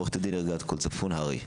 עו"ד ערגת כל צפון, הר"י.